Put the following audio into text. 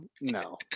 No